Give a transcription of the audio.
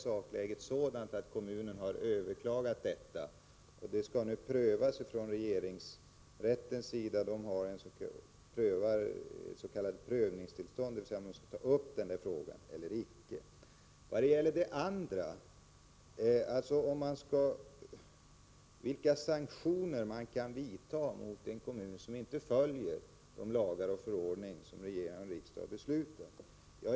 Sakläget är att kommunen har överklagat detta till regeringsrätten som just nu undersöker om den skall ge prövningstillstånd. Den andra frågan gäller vilka sanktioner man kan vidta mot en kommun som inte följer de lagar och förordningar regering och riksdag beslutat.